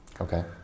Okay